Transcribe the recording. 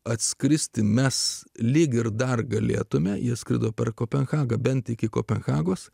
atskristi mes lyg ir dar galėtumėme jie skrido per kopenhagą bent iki kopenhagos